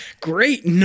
Great